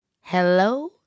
Hello